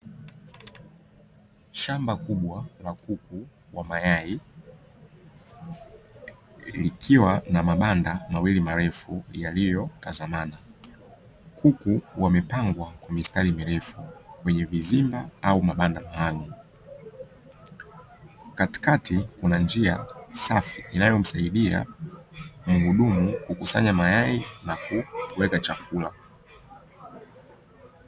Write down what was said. Shamba kubwa la kuku wa mayai, likiwa na mabanda mawili marefu yaliyotazamana, kuku wamepangwa kwa mistari mirefu kwenye vizimba au mabanda maalumu, katikati kuna njia safi inayomsaidia mhudumu kukusanya mayai na kuweka chakula.